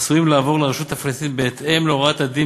עשויים לעבור לרשות הפלסטינית בהתאם להוראות הדין